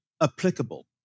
applicable